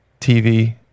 TV